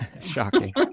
Shocking